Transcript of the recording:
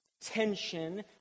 tension